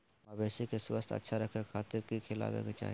मवेसी के स्वास्थ्य अच्छा रखे खातिर की खिलावे के चाही?